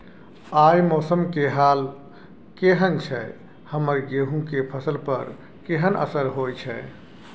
आय मौसम के हाल केहन छै हमर गेहूं के फसल पर केहन असर होय छै?